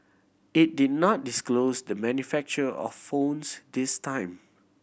it did not disclose the manufacturer of phones this time